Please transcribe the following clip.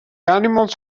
animals